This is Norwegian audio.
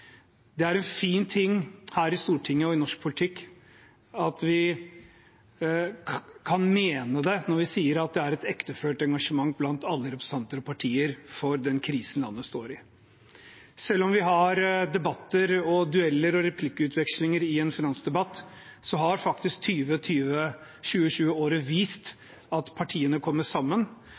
Det er en fin ting her i Stortinget og i norsk politikk at vi kan mene det når vi sier at det er et ektefølt engasjement hos alle representanter og partier for den krisen landet står i. Selv om vi har debatter og dueller og replikkvekslinger i en finansdebatt, har 2020 vist at partiene kommer sammen,